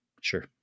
Sure